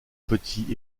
petits